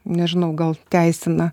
nežinau gal teisina